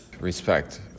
Respect